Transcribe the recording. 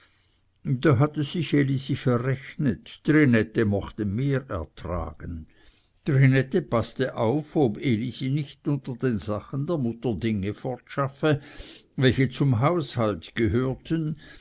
da hatte sich elisi verrechnet trinette mochte mehr ertragen trinette paßte auf ob elisi nicht unter den sachen der mutter dinge fortschaffe welche zum haushalt gehörten